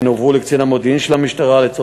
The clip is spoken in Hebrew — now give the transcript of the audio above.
השתפרנו.